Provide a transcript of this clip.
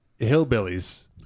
hillbillies